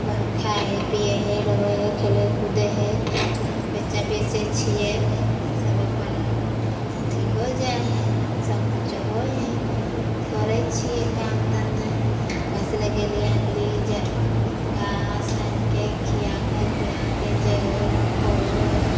अपन खाइ हइ पीए हइ रहै हइ खेलै कूदै हइ बच्चा बेचै छियै सब अपन अथी हो जाइ हइ सब किछो होइ हइ करै छियै काम धंधा घास लए गेली अनली जे घास आनिके खिआके पिआके जइ मकइ